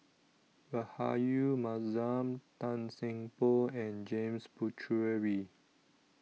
Rahayu Mahzam Tan Seng Poh and James Puthucheary